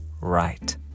right